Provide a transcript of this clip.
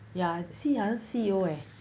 ya C 好像 C_E_O eh